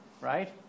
Right